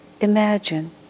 imagine